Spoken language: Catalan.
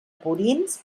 purins